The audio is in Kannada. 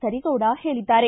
ಕರೀಗೌಡ ಹೇಳಿದ್ದಾರೆ